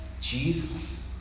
Jesus